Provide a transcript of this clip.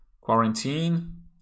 Quarantine